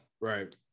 Right